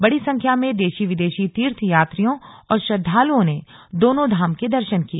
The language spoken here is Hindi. बड़ी संख्या में देशी विदेशी तीर्थ यात्रियों और श्रद्धालुओं ने दोनों धाम के दर्शन किए